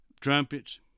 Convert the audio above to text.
trumpets